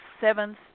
seventh